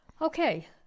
Okay